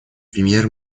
премьер